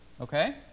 Okay